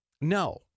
No